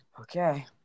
Okay